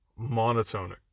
monotonic